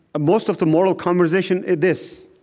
most of the moral conversation is this